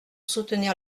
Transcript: soutenir